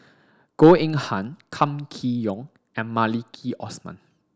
Goh Eng Han Kam Kee Yong and Maliki Osman